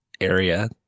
area